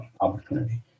opportunity